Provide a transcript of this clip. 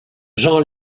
jean